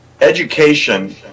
Education